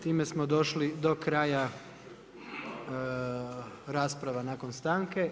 Time smo došli do kraja rasprava nakon stanke.